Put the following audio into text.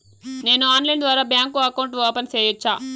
నేను ఆన్లైన్ ద్వారా bank account open సేయొచ్చా?